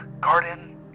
garden